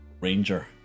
ranger